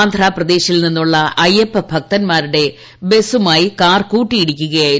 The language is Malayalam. ആന്ധ്രാപ്രദേശിൽ നിന്നുള്ള അയ്യപ്പഭക്തന്മാരുടെ ബസുമായി കാർ കൂട്ടിയിടിക്കുകയായിരുന്നു